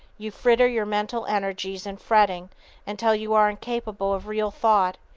you fritter your mental energies in fretting until you are incapable of real thought,